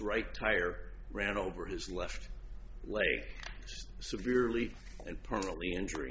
right tire ran over his left leg severely and permanently injuring